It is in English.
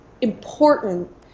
important